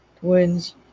Twins